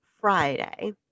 Friday